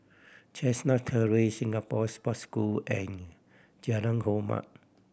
Chestnut Terrace Singapore Sports School and Jalan Hormat